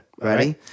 Ready